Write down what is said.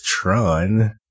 Tron